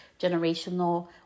generational